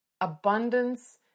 abundance